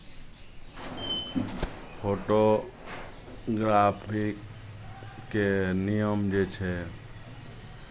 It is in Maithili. फोटोग्राफी के नियम जे छै